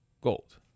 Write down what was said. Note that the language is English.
gold